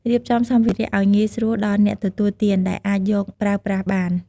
រៀបចំសម្ភារៈឱ្យងាយស្រួលដល់អ្នកទទួលទានដែលអាចយកប្រើប្រាស់បាន។